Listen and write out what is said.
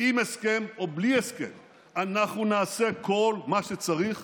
עם הסכם או בלי הסכם אנחנו נעשה כל מה שצריך